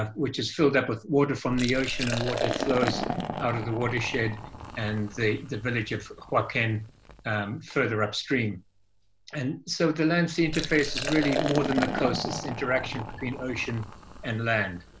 which is filled up with water from the ocean and water that flows out of the watershed and the the village of huaqen um further upstream and so the lansing interface is really more than the closest interaction between ocean and land